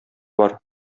бар